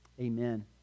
amen